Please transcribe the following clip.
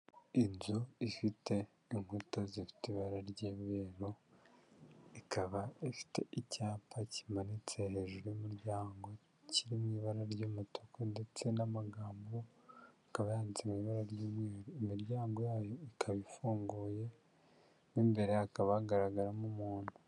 Inzu ifite inkuta zifite ibara ry'umweru. Ikaba ifite icyapa kimanitse hejuru y'umuryango, kiri mu ibara ry'umutuku, ndetse n'amagambo akaba yanditse mu ibara ry'umweru, imiryango yayo ikaba ifunguye, mo imbere hakaba hagaragaramo umuntu.